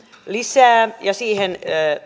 lisää ja siihen